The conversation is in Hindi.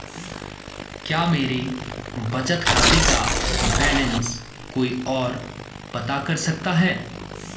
क्या मेरे बचत खाते का बैलेंस कोई ओर पता कर सकता है?